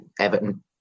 Everton